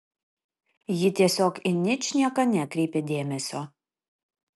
ji tiesiog į ničnieką nekreipė dėmesio